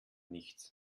nichts